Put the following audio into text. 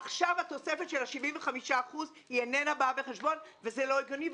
עכשיו התוספת של 75% איננה באה בחשבון וזה לא הגיוני,